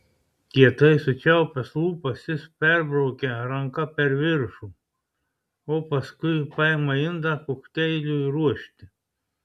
kietai sučiaupęs lūpas jis perbraukia ranka per viršų o paskui paima indą kokteiliui ruošti